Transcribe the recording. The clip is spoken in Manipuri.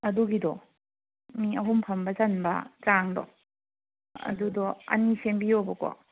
ꯑꯗꯨꯒꯤꯗꯣ ꯃꯤ ꯑꯍꯨꯝ ꯐꯝꯕ ꯆꯟꯕ ꯆꯥꯡꯗꯣ ꯑꯗꯨꯗꯣ ꯑꯅꯤ ꯁꯦꯝꯕꯤꯌꯣꯕꯀꯣ